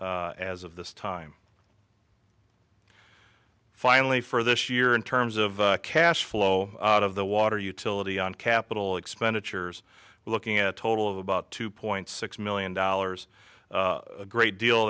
as of this time finally for this year in terms of cash flow out of the water utility on capital expenditures looking at total of about two point six million dollars a great deal